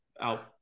out